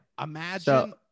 Imagine